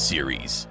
Series